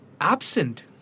absent